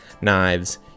knives